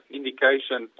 indication